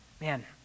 man